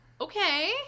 Okay